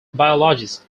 biologists